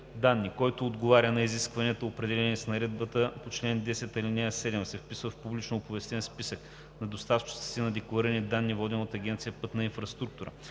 който отговаря на изискванията, определени с наредбата по чл. 10, ал. 7, се вписва в публично оповестен списък на доставчиците на декларирани данни, воден от Агенция „Пътна инфраструктура“